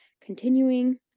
continuing